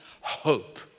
hope